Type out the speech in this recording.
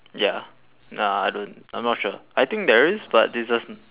ya nah I don't I'm not sure I think there is but it's just